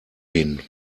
hin